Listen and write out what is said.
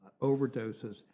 overdoses